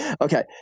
Okay